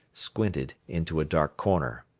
squinted into a dark corner.